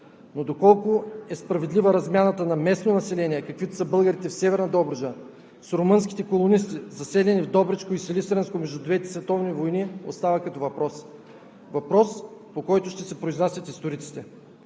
Но доколко е справедлива размяната на местно население, каквито са българите в Северна Добруджа, с румънските колонисти, заселени в Добричко и Силистренско между двете световни войни, остава като въпрос – въпрос, по който ще се произнасят историците.